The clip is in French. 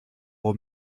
aux